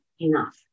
enough